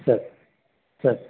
sir sir